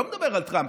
לא מדבר על טראמפ,